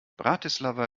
bratislava